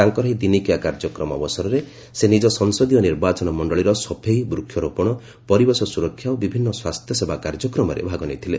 ତାଙ୍କର ଏହି ଦିନିକିଆ କାର୍ଯ୍ୟକ୍ରମ ଅବସରରେ ସେ ନିଜ ସଂସଦୀୟ ନିର୍ବାଚନ ମଣ୍ଡଳୀର ସଫେଇ ବୃକ୍ଷରୋପଣ ପରିବେଶ ସୁରକ୍ଷା ଓ ବିଭିନ୍ନ ସ୍ୱାସ୍ଥ୍ୟସେବା କାର୍ଯ୍ୟକ୍ରମରେ ଭାଗ ନେଇଥିଲେ